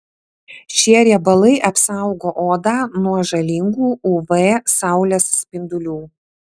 šie riebalai apsaugo odą nuo žalingų uv saulės spindulių